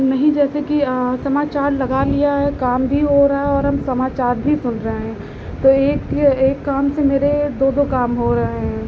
नहीं जैसे कि समाचार लगा लिया है काम भी हो रहा है और हम समाचार भी सुन रहे हैं तो एक एक काम से मेरे दो दो काम हो रहे हैं